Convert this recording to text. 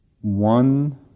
One